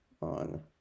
on